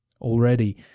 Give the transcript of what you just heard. Already